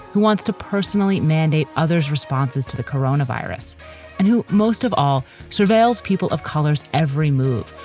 who wants to personally mandate others responses to the coronavirus and who most of all surveils people of colors every move,